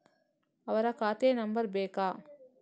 ಅವರ ಖಾತೆ ನಂಬರ್ ಬೇಕಾ?